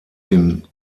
den